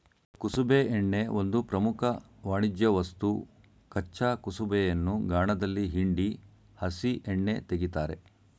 ಕುಸುಬೆ ಎಣ್ಣೆ ಒಂದು ಪ್ರಮುಖ ವಾಣಿಜ್ಯವಸ್ತು ಕಚ್ಚಾ ಕುಸುಬೆಯನ್ನು ಗಾಣದಲ್ಲಿ ಹಿಂಡಿ ಹಸಿ ಎಣ್ಣೆ ತೆಗಿತಾರೆ